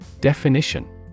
Definition